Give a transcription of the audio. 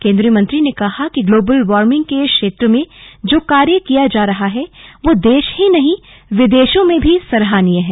केंद्रीय मंत्री ने कहा कि ग्लोबल वार्मिंग के क्षेत्र में जो कार्य किया जा रहा है वह देश ही नहीं विदेशो में भी सराहनीय है